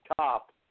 top